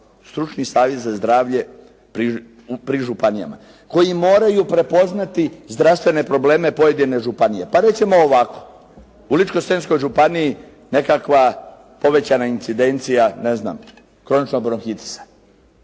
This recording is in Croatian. Stručni savjet za zdravlje pri županijama koji moraju prepoznati zdravstvene probleme pojedine županije. Pa reći ćemo ovako. U Ličko-senjskoj županiji nekakva povećana incidencija, ne znam konačno bronhitisa.